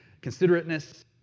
considerateness